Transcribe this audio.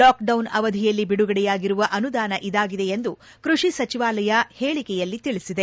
lockdown ಅವಧಿಯಲ್ಲಿ ಬಿಡುಗಡೆಯಾಗಿರುವ ಅನುದಾನ ಇದಾಗಿದೆ ಎಂದು ಕ್ಷಷಿ ಸಚಿವಾಲಯ ಪೇಳಿಕೆಯಲ್ಲಿ ತಿಳಿಸಿದೆ